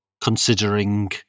considering